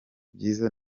byiza